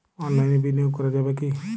অনলাইনে বিনিয়োগ করা যাবে কি?